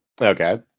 Okay